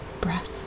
breath